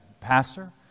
Pastor